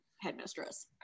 headmistress